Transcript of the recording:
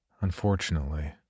Unfortunately